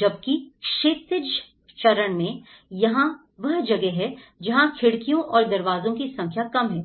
जबकि क्षैतिज चरण में यहां वह जगह है जहां खिड़कियों और दरवाजों की संख्या कम है